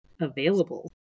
available